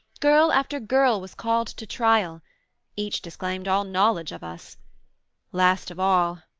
girl after girl was called to trial each disclaimed all knowledge of us last of all,